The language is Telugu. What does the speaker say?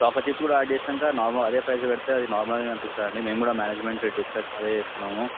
ప్రోపర్టీస్ కూడా యాడ్ చేసినాక నార్మల్ అదే ప్రైస్ పెడితే అది నార్మల్గా గానే కనిపిస్తుంది అండి మేము కూడా మేనేజ్మెంట్ రేట్ డిస్కస్ అదే చేస్తున్నాము